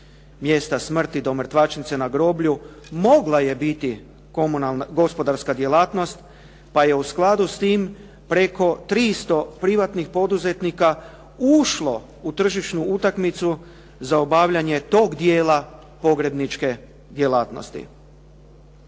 mjesta smrti do mrtvačnice na groblju mogla je biti komunalna, gospodarska djelatnost pa je u skladu s time preko 300 privatnih poduzetnika ušlo u tržišnu utakmicu za obavljanje toga dijela pogrebničke djelatnosti.